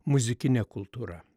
muzikine kultūra